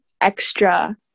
extra